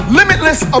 limitless